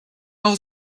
all